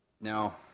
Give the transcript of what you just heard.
Now